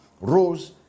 rose